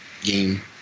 game